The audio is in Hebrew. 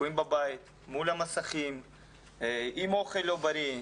תקועים בבית מול המסכים עם אוכל לא בריא,